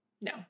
No